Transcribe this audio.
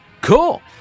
cool